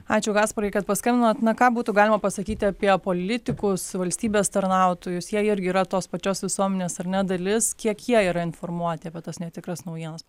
ačiū gasparai kad paskambinot na ką būtų galima pasakyti apie politikus valstybės tarnautojus jie irgi yra tos pačios visuomenės ar ne dalis kiek jie yra informuoti apie tas netikras naujienas